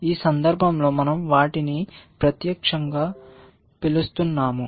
ఈ సందర్భంలో మన০ వాటిని ప్రత్యక్షంగా పిలుస్తున్నాము